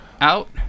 out